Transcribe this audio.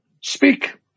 speak